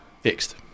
fixed